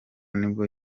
nibwo